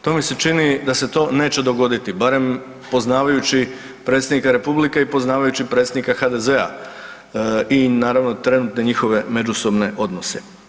To mi se čini da se to neće dogoditi barem poznajući predsjednika Republike i poznajući predsjednika HDZ-a i naravno trenutne njihove međusobne odnose.